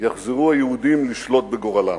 יחזרו היהודים לשלוט בגורלם.